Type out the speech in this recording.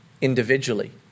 individually